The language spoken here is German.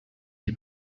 die